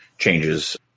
changes